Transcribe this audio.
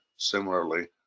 similarly